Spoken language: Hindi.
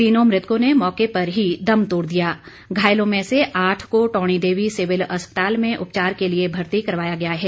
तीनों मृतकों ने मौके पर ही दम तोड़ दिया घायलों में से आठ को टौंणी देवी सिविल अस्पताल में उपचार के लिए भर्ती करवाया गया है